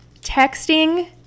texting